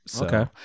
Okay